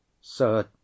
sir